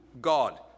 God